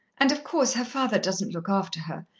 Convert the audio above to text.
and, of course, her father doesn't look after her.